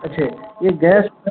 اچھا یہ